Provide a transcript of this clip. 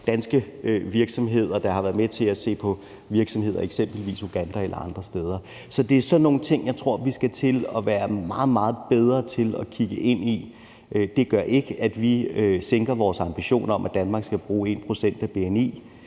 danske virksomheder, der har været med til at se på virksomheder i eksempelvis Uganda eller andre steder. Så det er sådan nogle ting, jeg tror vi skal til at være meget, meget bedre til at kigge ind i. Det gør ikke, at vi sænker vores ambition om, at Danmark skal bruge 1 pct. af bni,